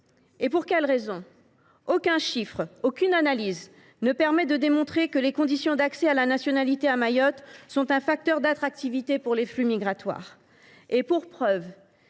Pour quelle raison ? Aucun chiffre, aucune analyse ne démontre que les conditions d’accès à la nationalité à Mayotte sont un facteur d’attractivité des flux migratoires. Si, depuis